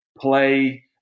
play